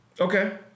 Okay